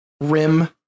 rim